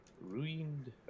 Ruined